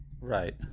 right